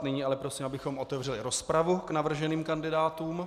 Nyní ale prosím, abychom otevřeli rozpravu k navrženým kandidátům.